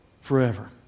forever